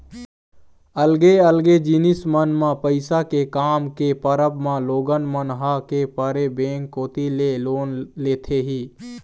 अलगे अलगे जिनिस मन म पइसा के काम के परब म लोगन मन ह के परे बेंक कोती ले लोन लेथे ही